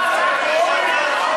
השעון.